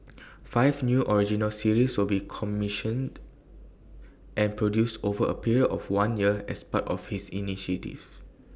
five new original series will be commissioned and produced over A period of one year as part of his initiative